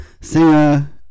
singer